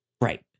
Right